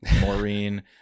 Maureen